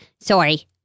Sorry